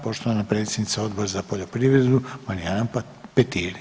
Poštovana predsjednica Odbora za poljoprivredu Marijana Petir.